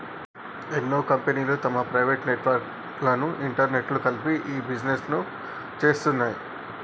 ఎన్నో కంపెనీలు తమ ప్రైవేట్ నెట్వర్క్ లను ఇంటర్నెట్కు కలిపి ఇ బిజినెస్ను చేస్తున్నాయి